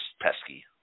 pesky